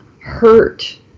hurt